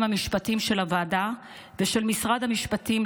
המשפטיים של הוועדה ושל משרד המשפטים,